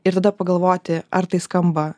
ir tada pagalvoti ar tai skamba